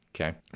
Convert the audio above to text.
Okay